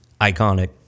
iconic